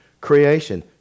creation